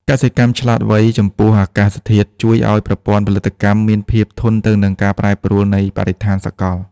កសិកម្មឆ្លាតវៃចំពោះអាកាសធាតុ ជួយឱ្យប្រព័ន្ធផលិតកម្មមានភាពធន់ទៅនឹងការប្រែប្រួលនៃបរិស្ថានសកល។